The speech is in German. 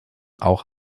auch